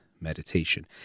meditation